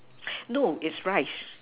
no it's rice